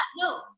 no